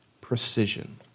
precision